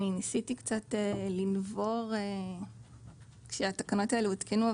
אני ניסיתי קצת לנבור כשהתקנות האלה הותקנו,